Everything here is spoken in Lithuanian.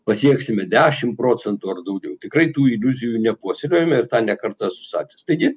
pasieksime dešim procentų ar daugiau tikrai tų iliuzijų nepuoselėjome ir tą ne kartą esu sakęs taigi